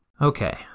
Okay